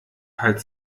hat